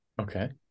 Okay